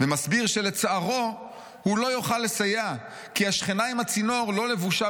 ומסביר שלצערו הוא לא יוכל לסייע כי השכנה עם הצינור לא לבושה